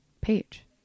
page